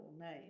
name